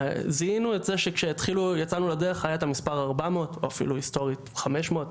זיהינו את זה שכשיצאנו לדרך היה את המספר 400 או אפילו היסטורית 500,